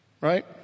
right